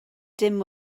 dim